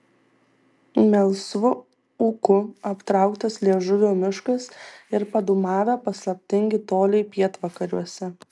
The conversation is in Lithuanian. melsvu ūku aptrauktas liežuvio miškas ir padūmavę paslaptingi toliai pietvakariuose